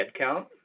headcount